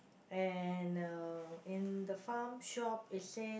and uh in the farm shop it says